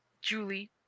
Julie